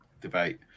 debate